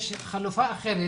יש חלופה אחרת,